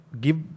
give